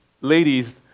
ladies